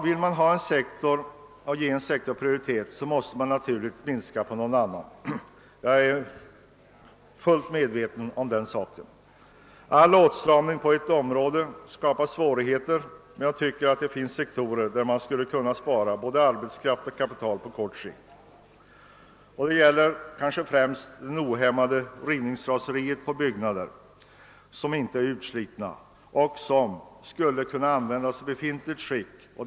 Vill man ge en sektor prioritet, måste man ju minska resurserna inom någon annan. All åtstramning på ett område skapar svårigheter, men jag tycker att det finns sektorer där man skulle kunna spara både arbetskraft och kapital på kort sikt. Det gäller exempelvis det ohämmade rivningsraseriet. Det går ut över byggnader som inte är utslitna och som skulle kunna användas i befintligt skick.